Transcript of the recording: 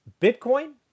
Bitcoin